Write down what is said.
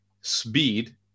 speed –